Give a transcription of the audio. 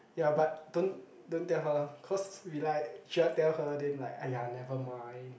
ya but don't don't tell her cause we like should I tell her then like !aiya! never mind